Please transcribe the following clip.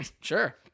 Sure